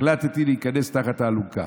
החלטתי להיכנס תחת האלונקה.